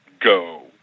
go